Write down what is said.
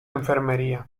enfermería